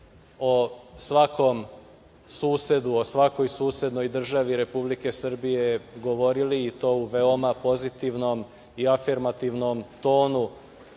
o svakom susedu, o svakoj susednoj državi Republike Srbije govorili i to u veoma pozitivnom i afirmativnom tonu,